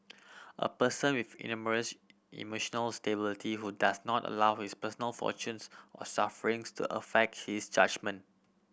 a person with enormous emotional stability who does not allow his personal fortunes or sufferings to affect his judgement